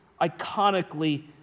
iconically